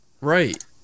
Right